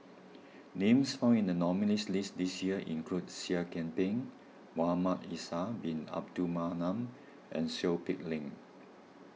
names found in the nominees' list this year include Seah Kian Peng Muhamad Faisal Bin Abdul Manap and Seow Peck Leng